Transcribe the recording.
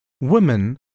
Women